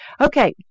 Okay